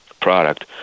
product